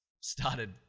started